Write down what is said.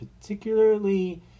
particularly